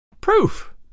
Proof